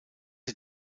sie